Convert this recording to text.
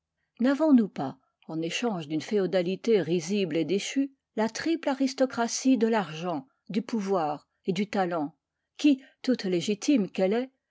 n'avons-nous pas en échange d'une féodalité risible et déchue la triple aristocratie de l'argent du pouvoir et du talent qui toute légitime qu'elle est